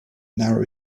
narrow